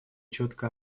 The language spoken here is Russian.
четко